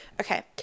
okay